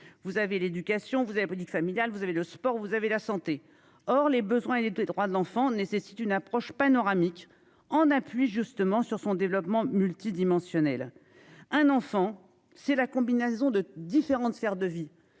Vous avez l'éducation vous avez politique familiale, vous avez le sport, vous avez la santé. Or les besoins des des droits de l'enfant nécessite une approche panoramique en appui justement sur son développement multidimensionnel. Un enfant c'est la combinaison de différentes sphères de vie.